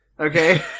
okay